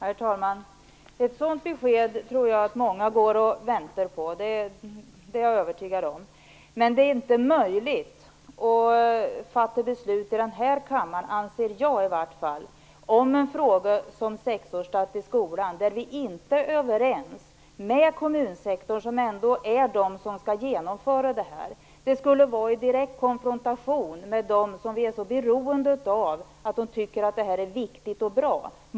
Herr talman! Jag tror att många går och väntar på ett sådant besked. Det är jag övertygad om. Men jag anser i alla fall att det inte är möjligt att fatta beslut här i kammaren om sexårsstart i skolan. I den frågan är vi inte överens med kommunsektorn som ändå är de som skall genomföra detta. Det skulle vara i direkt konfrontation med dem. Vi är ju så beroende av att de tycker att detta är viktigt och bra.